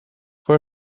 for